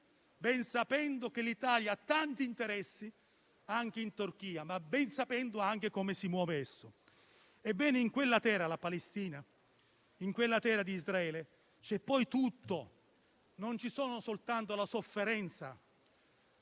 ben sapendo che l'Italia ha tanti interessi anche in Turchia, ma ben sapendo anche come quel regime si muove. Ebbene, nella terra della Palestina e nella terra di Israele c'è tutto; non ci sono solo la sofferenza